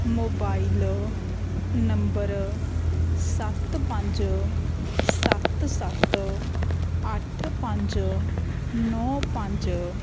mobile number ਸੱਤ ਪੰਜ ਸੱਤ ਸੱਤ ਅੱਠ ਪੰਜ ਨੌਂ ਪੰਜ